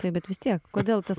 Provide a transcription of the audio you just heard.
taip bet vis tiek kodėl tas